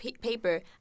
paper